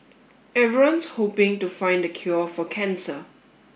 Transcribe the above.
everyone's hoping to find the cure for cancer